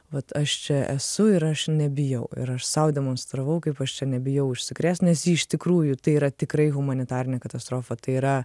vat aš čia esu ir aš nebijau ir aš sau demonstravau kaip aš čia nebijau užsikrėst nes ji iš tikrųjų tai yra tikrai humanitarinė katastrofa tai yra